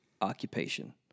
occupation